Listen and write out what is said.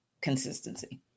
Consistency